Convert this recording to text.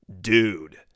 Dude